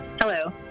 hello